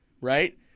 Right